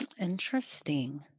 Interesting